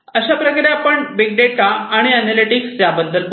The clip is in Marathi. अशाप्रकारे आपण बिग डेटा आणि अनॅलिटिक्स याबद्दल बोललो